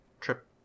trip